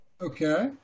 Okay